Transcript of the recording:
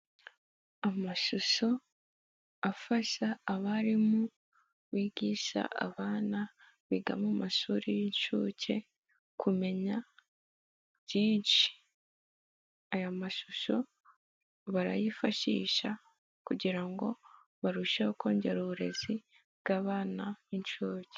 Amashusho, afasha abarimu kwigisha abana biga mu mashuri y'incuke kumenya, byinshi. Aya mashusho barayifashisha kugira ngo, barusheho kongera uburezi, bw'abana b'incuke.